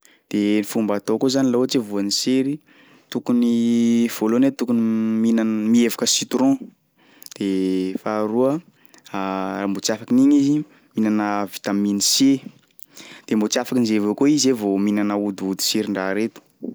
De ny fomba atao koa zany laha ohatsy hoe voany sery, tokony voalohany a tokony mihinan- mihevoka citron de faharoa raha mbo tsy afaky ny igny izy, mihinana vitamine C de mbô tsy afakin'izay avao koa izy zay vao mihinana odiody serin-draha reto.